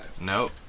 Nope